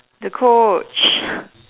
the Coach